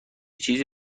چیزی